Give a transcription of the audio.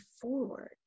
forward